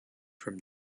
from